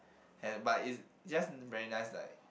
have but it's just very nice like